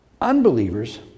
Unbelievers